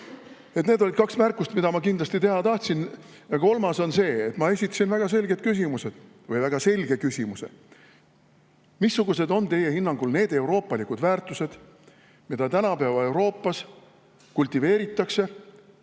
Need olid kaks märkust, mida ma kindlasti teha tahtsin. Kolmas on see, et ma esitasin väga selge küsimuse: missugused on teie hinnangul need euroopalikud väärtused, mida tänapäeva Euroopas kultiveeritakse,